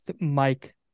Mike